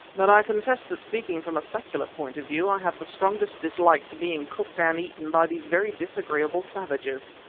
but i confess that, speaking from a secular point of view, i have the strongest dislike to being cooked and eaten by these very disagreeable savages.